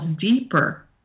deeper